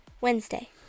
Wednesday